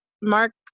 Mark